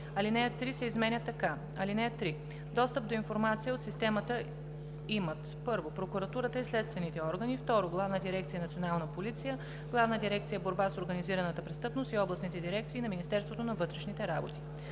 алинея 3 се изменя така: „(3) Достъп до информация от системата имат: 1. прокуратурата и следствените органи; 2. Главна дирекция „Национална полиция“, Главна дирекция „Борба с организираната престъпност“ и областните дирекции на Министерството на вътрешните работи;